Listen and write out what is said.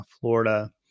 Florida